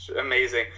amazing